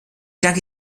danke